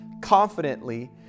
confidently